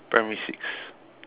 primary six